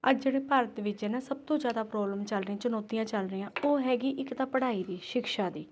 ਅੱਜ ਜਿਹੜੇ ਭਾਰਤ ਵਿੱਚ ਨਾ ਸਭ ਤੋਂ ਜ਼ਿਆਦਾ ਪ੍ਰੋਬਲਮ ਚੱਲ ਰਹੀ ਚੁਣੌਤੀਆਂ ਚੱਲ ਰਹੀਆਂ ਉਹ ਹੈਗੀ ਇੱਕ ਤਾਂ ਪੜ੍ਹਾਈ ਦੀ ਸ਼ਿਕਸ਼ਾ ਦੀ